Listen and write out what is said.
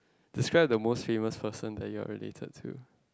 describe the most famous person that you are really heard to